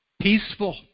peaceful